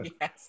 Yes